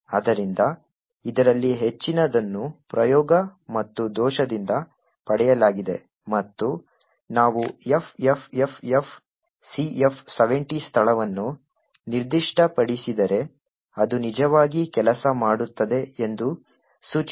ಆದ್ದರಿಂದ ಇದರಲ್ಲಿ ಹೆಚ್ಚಿನದನ್ನು ಪ್ರಯೋಗ ಮತ್ತು ದೋಷದಿಂದ ಪಡೆಯಲಾಗಿದೆ ಮತ್ತು ನಾವು FFFFCF70 ಸ್ಥಳವನ್ನು ನಿರ್ದಿಷ್ಟಪಡಿಸಿದರೆ ಅದು ನಿಜವಾಗಿ ಕೆಲಸ ಮಾಡುತ್ತದೆ ಎಂದು ಸೂಚಿಸುತ್ತದೆ